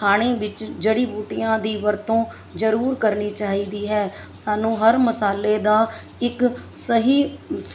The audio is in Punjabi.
ਖਾਣੇ ਵਿੱਚ ਜੜੀ ਬੂਟੀਆਂ ਦੀ ਵਰਤੋਂ ਜ਼ਰੂਰ ਕਰਨੀ ਚਾਹੀਦੀ ਹੈ ਸਾਨੂੰ ਹਰ ਮਸਾਲੇ ਦਾ ਇੱਕ ਸਹੀ